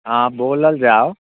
हँ बोलल जाउ